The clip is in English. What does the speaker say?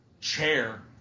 CHAIR